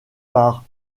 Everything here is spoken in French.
par